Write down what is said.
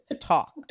talk